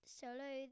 solo